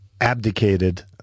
abdicated